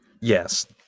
Yes